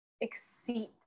exceed